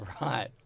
Right